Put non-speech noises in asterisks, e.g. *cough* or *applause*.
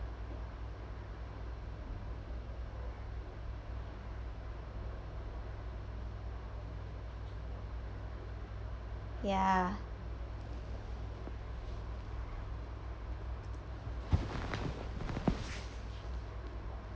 ya *noise*